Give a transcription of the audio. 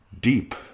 deep